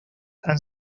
han